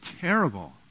terrible